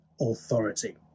authority